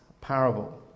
Parable